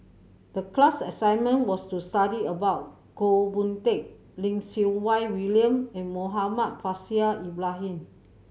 the class assignment was to study about Goh Boon Teck Lim Siew Wai William and Muhammad Faishal Ibrahim